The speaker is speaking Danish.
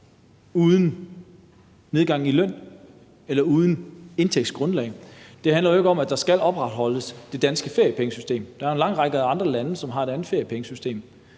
uden nedgang i løn eller uden indtægtsgrundlag. Det handler jo ikke om, at det danske feriepengesystem skal opretholdes. Der er en lang række andre lande, der har et andet feriepengesystem.